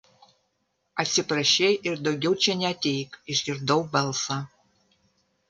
atsiprašei ir daugiau čia neateik išgirdau balsą